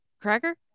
Cracker